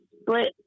split